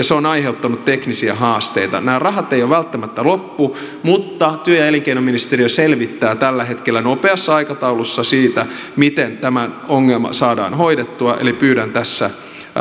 se on aiheuttanut teknisiä haasteita nämä rahat eivät ole välttämättä loppu mutta työ ja elinkeinoministeriö selvittää tällä hetkellä nopeassa aikataulussa sitä miten tämä ongelma saadaan hoidettua eli pyydän tässä